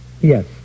Yes